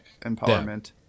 empowerment